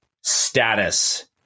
status